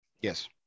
Yes